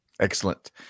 Excellent